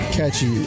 catchy